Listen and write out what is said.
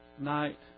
night